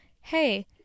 hey